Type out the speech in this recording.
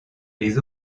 les